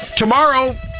Tomorrow